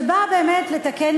שבאה באמת לתקן